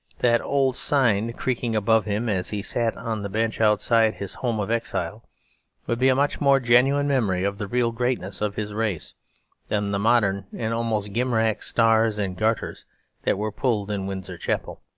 that old sign creaking above him as he sat on the bench outside his home of exile would be a much more genuine memory of the real greatness of his race than the modern and almost gimcrack stars and garters that were pulled in windsor chapel.